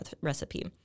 recipe